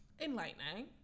Enlightening